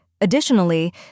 Additionally